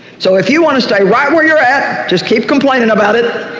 so if you want to stay right where you're at, just keep complaining about it,